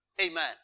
Amen